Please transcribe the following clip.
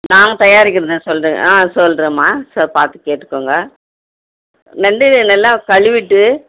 நாங்கள் தயாரிக்கிறது சொல்கிற ஆ சொல்கிறேன்மா ச பார்த்து கேட்டுக்கோங்க நண்டு நல்லா கழுவிட்டு